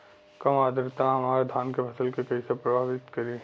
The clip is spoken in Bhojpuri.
कम आद्रता हमार धान के फसल के कइसे प्रभावित करी?